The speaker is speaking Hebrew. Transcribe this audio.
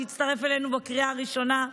שהצטרף אלינו בקריאה הראשונה.